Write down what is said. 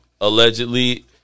allegedly